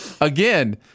again